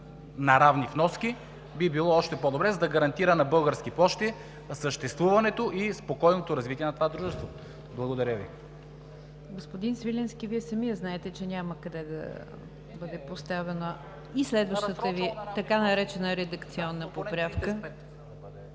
на равни вноски“ – това би било още по-добре, за да гарантира на Български пощи съществуването и спокойното развитие на това дружество. Благодаря Ви. ПРЕДСЕДАТЕЛ НИГЯР ДЖАФЕР: Господин Свиленски, Вие и сам знаете, че няма къде да бъде поставена и следващата Ви така наречена редакционна поправка.